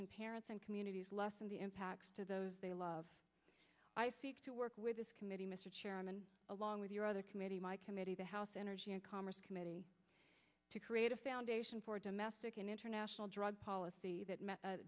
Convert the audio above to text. can parents and communities lessen the impacts to those they love to work with this committee mr chairman along with your other committee my committee the house energy and commerce committee to create a foundation for domestic and international drug policy that